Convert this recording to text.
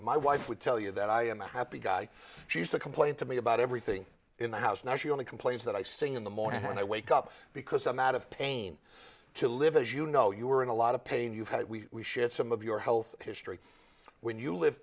my wife would tell you that i am a happy guy she is to complain to me about everything in the house now she only complains that i sing in the morning when i wake up because i'm out of pain to live as you know you were in a lot of pain you've had it we shared some of your health history when you live